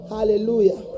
Hallelujah